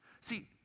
See